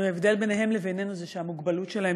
ההבדל בינם לביננו הוא שהמוגבלות שלהם